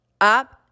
up